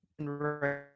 right